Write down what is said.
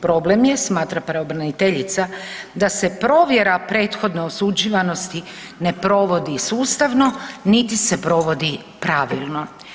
Problem je, smatra pravobraniteljica da se provjera prethodne osuđivanosti ne provodi sustavno niti se provodi pravilno.